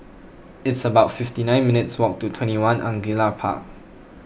it's about fifty nine minutes' walk to twenty one Angullia Park